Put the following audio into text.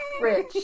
Rich